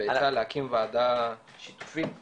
היא הציעה להקים ועדה שיתופית לחקלאות,